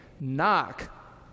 knock